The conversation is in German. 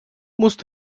musst